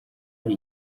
hari